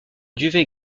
duvet